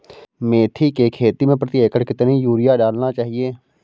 मेथी के खेती में प्रति एकड़ कितनी यूरिया डालना चाहिए?